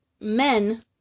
men